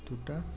দুটো